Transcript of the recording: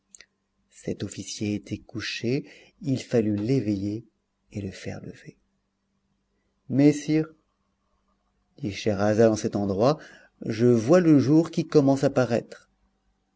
cet officier était couché il fallut l'éveiller et le faire lever mais sire dit scheherazade en cet endroit je vois le jour qui commence à paraître